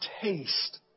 taste